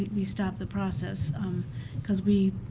we stop the process because we,